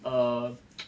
uh